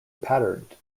patterned